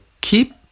keep